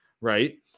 right